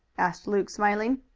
asked luke smiling.